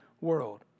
world